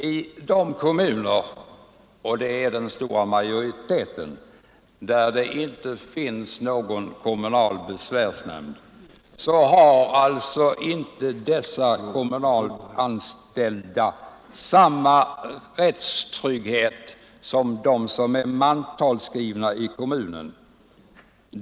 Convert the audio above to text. I de kommuner — och de utgör den stora majoriteten — där det inte finns kommunal besvärsnämnd har dessa kommunalanställda inte samma rättstrygghet som de i kommunen mantalsskrivna.